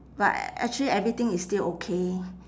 but actually everything is still okay